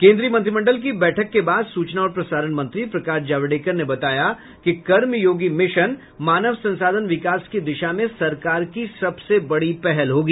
केन्द्रीय मंत्रिमंडल की बैठक के बाद सूचना और प्रसारण मंत्री प्रकाश जावडेकर ने बताया कि कर्मयोगी मिशन मानव संसाधन विकास की दिशा में सरकार की सबसे बड़ी पहल होगी